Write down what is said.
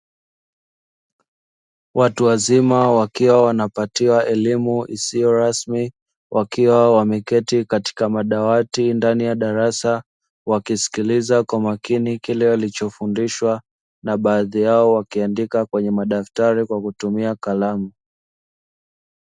Watu wazima wakiwa wanapatiwa eleimu isiyo rasmi, wakiwa wameketi katika madawati ndani ya darasa, wakisikiliza kwa makini kile walichofundishwa na baadhi yao wakiandika kwenye madaftari kwa kutumia kalamu.